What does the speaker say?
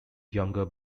younger